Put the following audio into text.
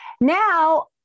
Now